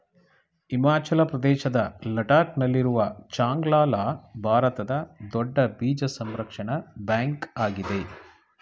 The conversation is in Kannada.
ಹಿಮಾಚಲ ಪ್ರದೇಶದ ಲಡಾಕ್ ನಲ್ಲಿರುವ ಚಾಂಗ್ಲ ಲಾ ಭಾರತದ ದೊಡ್ಡ ಬೀಜ ಸಂರಕ್ಷಣಾ ಬ್ಯಾಂಕ್ ಆಗಿದೆ